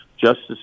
Justice